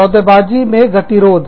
सौदेबाजी सौदाकारी में गतिरोध